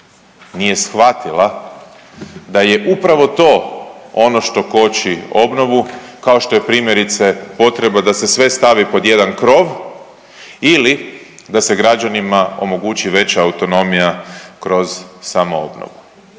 nije shvatila da je upravo to ono što koči obnovu, kao što je primjerice potreba da se sve stavi pod jedan krov ili da se građanima omogući veća autonomija kroz samoobnovu,